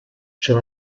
ciò